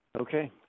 Okay